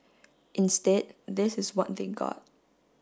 instead this is what they got